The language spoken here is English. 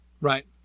right